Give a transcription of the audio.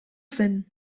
zen